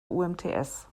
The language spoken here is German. umts